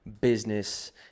business